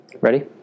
Ready